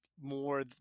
more